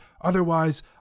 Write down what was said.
Otherwise